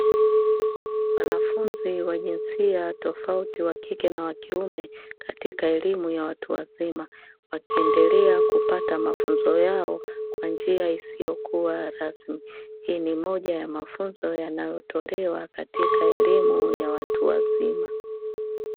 Wanafunzi wa jinsia tofauti wakike na wakiume katika elimu ya watu wazima, wakiendelea kupata mafunzo yao kwa njia isiyokua rasmi. Hii ni moja ya mafunzo yanayotolewa katika elimu ya watu wazima.